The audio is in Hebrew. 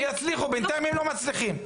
שיצליחו, בינתיים הם לא מצליחים.